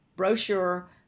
brochure